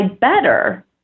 better